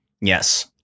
Yes